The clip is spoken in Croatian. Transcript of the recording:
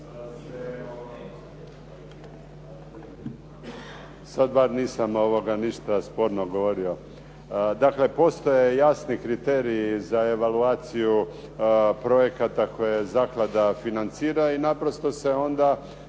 Sad bar nisam ništa sporno govorio. Dakle, postoje jasni kriteriji za evaluaciju projekata koje zaklada financira i naprosto se onda